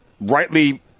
rightly